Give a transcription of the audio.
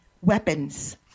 weapons